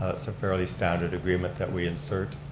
ah it's a fairly standard agreement that we insert.